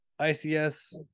ICS